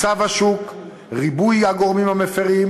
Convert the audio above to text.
מצב השוק וריבוי הגורמים המפרים,